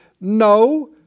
no